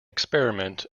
experiment